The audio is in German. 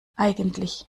eigentlich